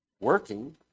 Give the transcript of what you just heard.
working